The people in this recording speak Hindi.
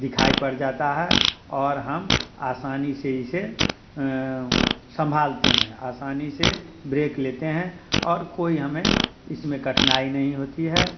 दिखाई पड़ जाता है और हम आसानी से इसे संभालते हैं आसानी से ब्रेक लेते हैं और कोई हमें इस में कठिनाई नहीं होती है